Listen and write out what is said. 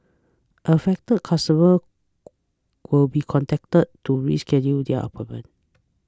affected customers will be contacted to reschedule their appointments